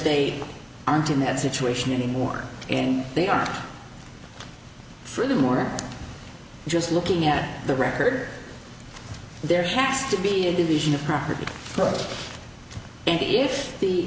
they aren't in that situation anymore and they are really more just looking at the record there has to be a division of property worth if the